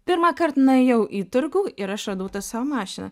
pirmąkart nuėjau į turgų ir aš radau tą savo mašiną